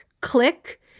click